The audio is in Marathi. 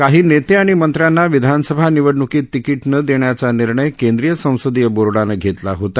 काही नेते आणि मंत्र्यांना विधानसभा निवडणुकीत तिकीट न देण्याचा निर्णय केंद्रीय संसदीय बोर्डानं घेतला होता